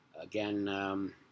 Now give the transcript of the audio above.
Again